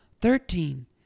thirteen